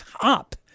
up